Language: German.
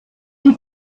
die